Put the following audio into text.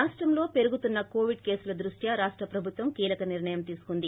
రాష్టంలో పెరుగుతున్న కోవిడ్ కేసుల దృష్ట్యా రాష్ట ప్రభుత్వం కీలక నిర్ణయం తీసుకొంది